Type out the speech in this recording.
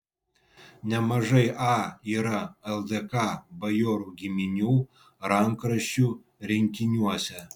nemažai a yra ldk bajorų giminių rankraščių rinkiniuose